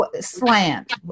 slant